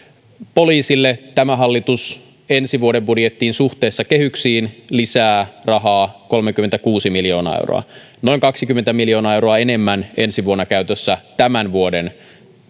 poliisille tämä hallitus ensi vuoden budjettiin suhteessa kehyksiin lisää rahaa kolmekymmentäkuusi miljoonaa euroa noin kaksikymmentä miljoonaa euroa enemmän ensi vuonna käytössä tämän vuoden